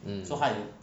mm